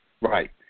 Right